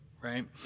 right